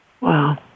Wow